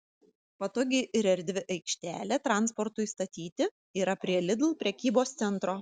patogi ir erdvi aikštelė transportui statyti yra prie lidl prekybos centro